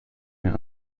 mehr